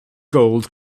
gold